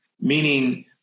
meaning